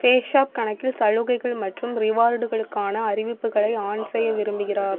பேஸாப் கணக்கில் சலுகைகள் மற்றும் ரிவார்டுகளுக்கான அறிவிப்புகளை ஆன் செய்ய விரும்புகிறார்